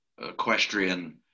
equestrian